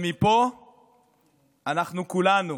מפה כולנו